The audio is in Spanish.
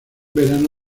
verano